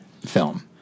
film